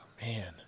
Man